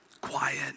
quiet